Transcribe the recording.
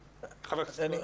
חבר הכנסת יאיר גולן.